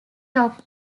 top